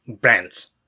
brands